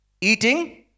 eating